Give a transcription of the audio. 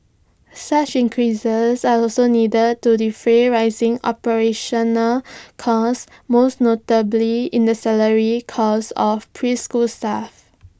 such increases are also needed to defray rising operational costs most notably in the salary costs of preschool staff